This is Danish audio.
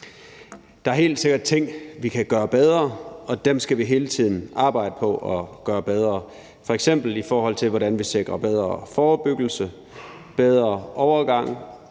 Der er helt sikkert ting, vi kan gøre bedre, og dem skal vi hele tiden arbejde på at gøre bedre, f.eks. i forhold til hvordan vi sikrer bedre forebyggelse, bedre overgang